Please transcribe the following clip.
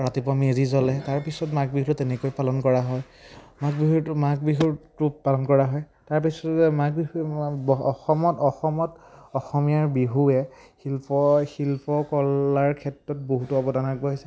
ৰাতিপুৱা মেজি জ্বলে তাৰপিছত মাঘ বিহুটো তেনেকৈ পালন কৰা হয় মাঘ বিহুটো মাঘ বিহুটো পালন কৰা হয় তাৰপিছতে মাঘ বিহু অসমত অসমত অসমীয়াৰ বিহুৱে শিল্পই শিল্পকলাৰ ক্ষেত্ৰত বহুতো অৱদান আগবঢ়াইছে